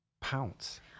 pounce